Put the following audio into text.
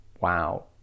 Wow